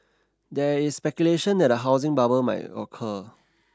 there is speculation that a housing bubble may occur